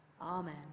Amen